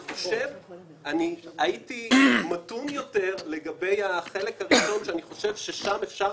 אני הייתי מתון יותר לגבי החלק הראשון שאני חושב ששם אפשר